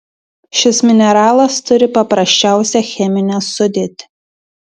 šis mineralas turi paprasčiausią cheminę sudėtį